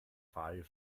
fall